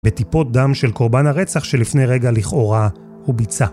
בטיפות דם של קורבן הרצח שלפני רגע, לכאורה, הוא ביצע